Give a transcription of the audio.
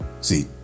see